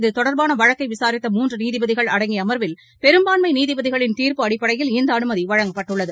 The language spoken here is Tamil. இது தொடர்பான வழக்கை விசாரித்த மூன்று நீதிபதிகள் அடங்கிய அமர்வில் பெரும்பான்மை நீதிபதிகளின் தீர்ப்பு அடிப்படையில் இந்த அனுமதி வழங்கப்பட்டுள்ளது